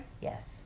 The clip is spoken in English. Yes